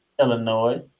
Illinois